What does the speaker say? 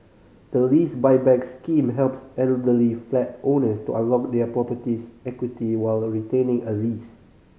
the Lease Buyback Scheme helps elderly flat owners to unlock their property's equity while retaining a lease